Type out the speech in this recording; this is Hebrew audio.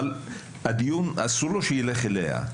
אבל אסור לדיון שילך אליה.